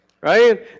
Right